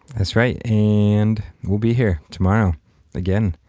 that's right and we'll be here tomorrow again.